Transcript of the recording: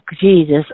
Jesus